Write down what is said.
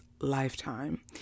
Lifetime